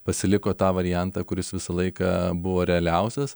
pasiliko tą variantą kuris visą laiką buvo realiausias